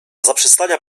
zaprzestania